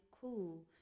Cool